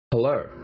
Hello